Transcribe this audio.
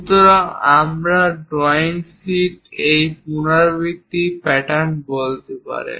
সুতরাং আমরা drawing sheet এই পুনরাবৃত্তি প্যাটার্ন বলতে পারেন